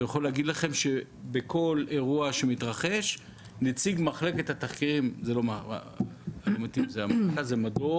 יכול להגיד לכם שבכל אירוע שמתרחש נציג מדור התחקירים המרכז למדור,